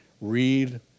Read